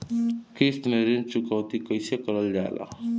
किश्त में ऋण चुकौती कईसे करल जाला?